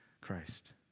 Christ